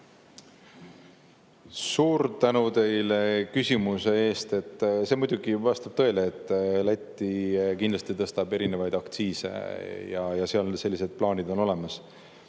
Suur tänu teile küsimuse eest! See muidugi ei vasta tõele, Läti kindlasti tõstab erinevaid aktsiise ja seal sellised plaanid on olemas.